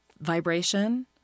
vibration